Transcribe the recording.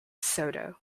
soto